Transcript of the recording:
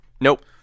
Nope